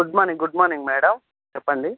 good morning good morning madam చెప్పండి